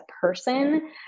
person